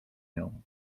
nią